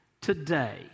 today